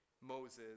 Moses